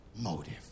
motive